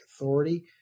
Authority